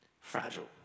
fragile